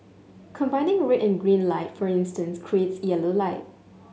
combining red and green light for instance creates yellow light